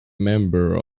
member